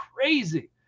crazy